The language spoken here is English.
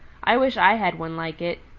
i wish i had one like it.